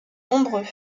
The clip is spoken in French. nombreux